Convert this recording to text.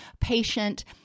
patient